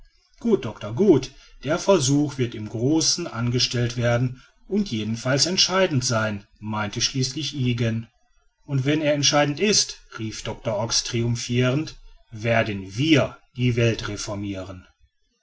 gut doctor gut der versuch wird im großen angestellt werden und jedenfalls entscheidend sein meinte schließlich ygen und wenn er entscheidend ist rief doctor ox triumphirend werden wir die welt reformiren